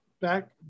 back